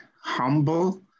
humble